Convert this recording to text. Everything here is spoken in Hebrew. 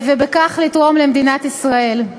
ובכך לתרום למדינת ישראל.